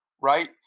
Right